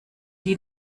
die